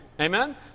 Amen